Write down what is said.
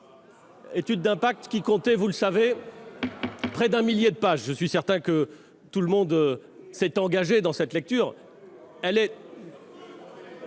étude d'impact, qui, vous le savez, comptait près d'un millier de pages. Je suis certain que tout le monde s'est engagé dans cette lecture